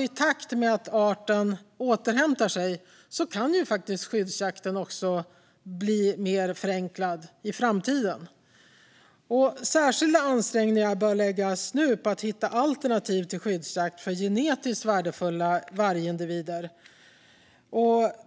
I takt med att arten återhämtar sig kan faktiskt skyddsjakten bli mer förenklad i framtiden. Särskilda ansträngningar bör nu läggas på att hitta alternativ till skyddsjakt för genetiskt värdefulla vargindivider.